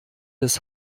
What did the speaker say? des